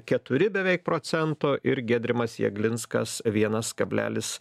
keturi beveik procento ir giedrimas jeglinskas vienas kablelis